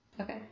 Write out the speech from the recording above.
Okay